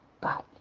Bye